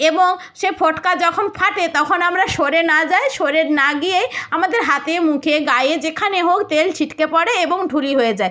এবং সে ফোটকা যখন ফাটে তখন আমরা সরে না যাই সরে না গিয়েই আমাদের হাতে মুখে গায়ে যেখানে হোক তেল ছিটকে পড়ে এবং ঢুলি হয়ে যায়